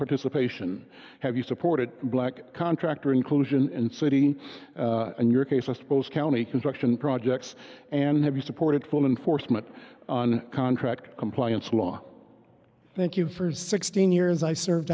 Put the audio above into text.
participation have you supported black contractor inclusion in city in your case i suppose county construction projects and have you supported full enforcement on contract compliance law thank you for sixteen years i served